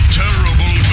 terrible